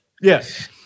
Yes